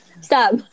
Stop